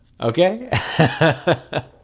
Okay